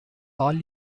all